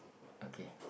okay